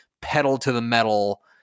pedal-to-the-metal